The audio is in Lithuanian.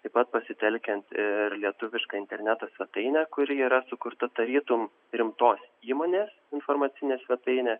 taip pat pasitelkiant ir lietuvišką interneto svetainę kuri yra sukurta tarytum rimtos įmonės informacinė svetainė